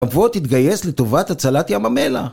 בוא תתגייס לטובת הצלת ים המלח